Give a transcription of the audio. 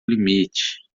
limite